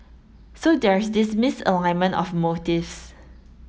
so there's this misalignment of motives